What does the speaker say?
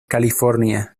california